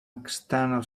external